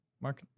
mark